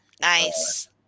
Nice